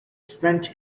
spent